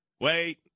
Wait